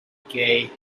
gay